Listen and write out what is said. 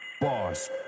boss